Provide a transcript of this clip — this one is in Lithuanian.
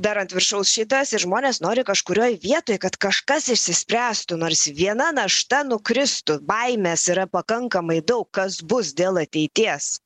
dar ant viršaus šitas ir žmonės nori kažkurioj vietoj kad kažkas išsispręstų nors viena našta nukristų baimės yra pakankamai daug kas bus dėl ateities